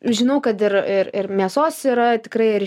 žinau kad ir ir mėsos yra tikrai ir